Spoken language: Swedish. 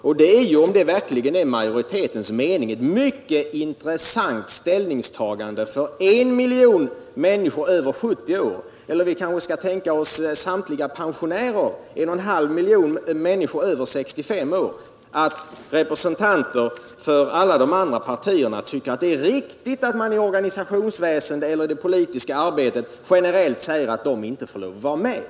Om detta verkligen är utskottsmajoritetens mening är det mycket intressant för en miljon människor över 70 år — eller vi kanske skall tänka oss samtliga pensionärer, dvs. 1,5 miljoner människor över 65 år — att representanter för alla partierna utom folkpartiet tycker att det är riktigt att man i organisationsväsendet eller i det politiska arbetet generellt säger att dessa människor inte får lov att vara med.